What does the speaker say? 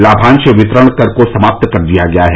लामांश वितरण कर को समाप्त कर दिया गया है